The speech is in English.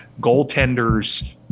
goaltenders